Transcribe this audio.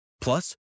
Plus